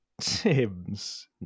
Tim's